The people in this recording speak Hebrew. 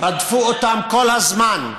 רדפו אותם כל הזמן.